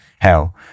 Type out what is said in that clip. Hell